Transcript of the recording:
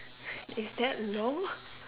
is that long